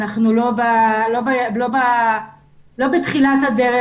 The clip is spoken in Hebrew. אנחנו לא בתחילת הדרך,